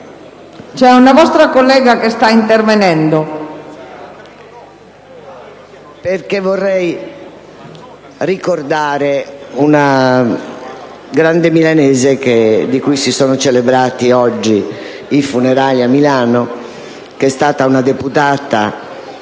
c'è una vostra collega che sta intervenendo.